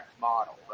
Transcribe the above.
model